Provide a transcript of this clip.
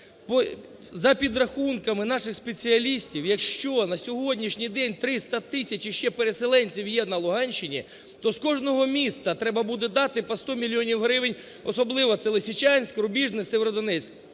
За підрахунками наших спеціалістів, якщо на сьогоднішній день 300 тисяч ще переселенців є на Луганщині, то з кожного міста треба буде дати по 100 мільйонів гривень. Особливо це Лисичанськ, Рубіжне, Сєвєродонецьк.